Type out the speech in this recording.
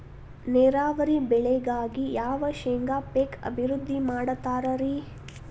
ನೇರಾವರಿ ಬೆಳೆಗಾಗಿ ಯಾವ ಶೇಂಗಾ ಪೇಕ್ ಅಭಿವೃದ್ಧಿ ಮಾಡತಾರ ರಿ?